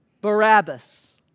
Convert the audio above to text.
Barabbas